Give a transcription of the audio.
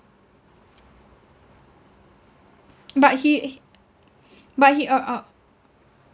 but he but he uh uh